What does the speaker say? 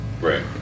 right